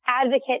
advocate